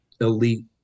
elite